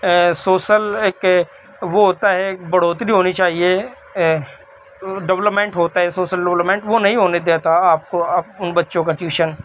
social ایک وہ ہوتا ہے ایک بڑھوتری ہونی چاہیے ڈیولپمنٹ ہوتا ہے سوسل لولپمنٹ وہ نہیں ہونے دیتا آپ کو آپ ان بچوں کا ٹیوشن